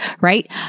right